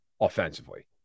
offensively